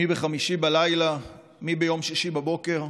מי בחמישי בלילה ומי ביום שישי בבוקר,